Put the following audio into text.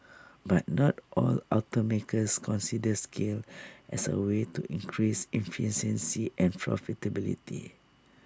but not all automakers consider scale as A way to increased efficiency and profitability